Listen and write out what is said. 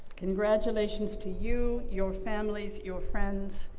congratulations to you, your families, your friends.